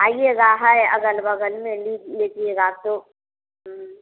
आइएगा है अगल बगल में लीजिएगा तो